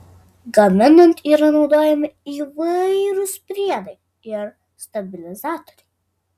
gaminant yra naudojami įvairūs priedai ir stabilizatoriai